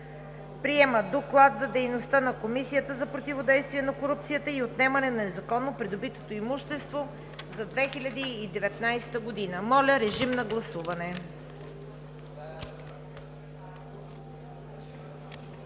Приема Доклад за дейността на Комисията за противодействие на корупцията и отнемане на незаконно придобитото имущество за 2019 г.“ Моля, режим на гласуване!